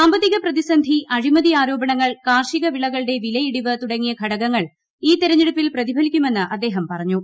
സാമ്പത്തിക പ്രതിസന്ധി അഴിമതി ആരോപണങ്ങൾ കാർഷിക വിളകളുടെ വിലയിടിവ് തുടങ്ങിയ ഘടകങ്ങൾ ഈ തെരഞ്ഞെടുപ്പിൽ പ്രതിഫലിക്കുമെന്ന് അദ്ദേഹം പറഞ്ഞു